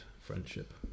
friendship